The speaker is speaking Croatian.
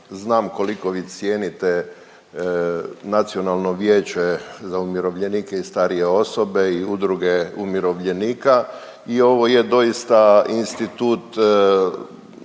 znam koliko vi cijenite nacionalno vijeće za umirovljenike i starije osobe i udruge umirovljenika i ovo je doista institut